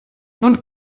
nun